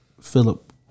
Philip